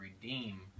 redeem